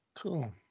cool